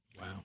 Wow